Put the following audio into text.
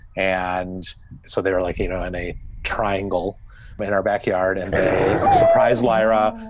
and so they were like you know in a triangle right in our backyard. and they surprise lyra.